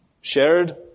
shared